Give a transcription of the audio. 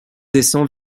descend